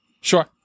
Sure